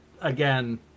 again